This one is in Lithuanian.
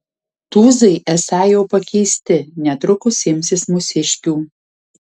tūzai esą jau pakeisti netrukus imsis mūsiškių